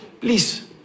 Please